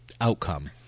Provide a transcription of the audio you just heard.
outcome